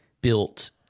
built